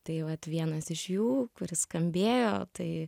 tai vat vienas iš jų kuris skambėjo tai